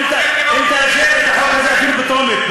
אם תעבירו את זה אפילו בטרומית,